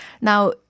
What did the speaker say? Now